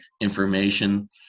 information